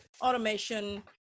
automation